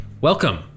welcome